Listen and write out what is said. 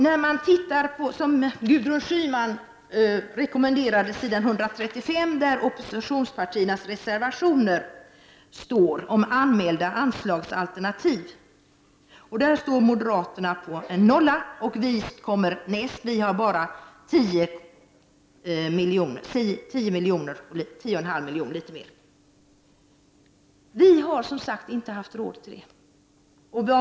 När man, som Gudrun Schyman rekommenderade, tittar på s. 135 där oppositionspartiernas reservationer står om anmälda anslagsalternativ, finner man att moderaterna står på noll, därefter kommer vi. Vi har litet drygt tio och en halv miljoner. Vi har som sagt inte haft råd.